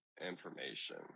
information